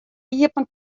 iepen